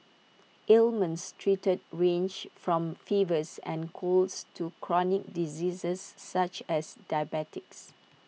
ailments treated range from fevers and colds to chronic diseases such as diabetes